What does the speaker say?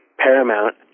Paramount